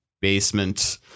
basement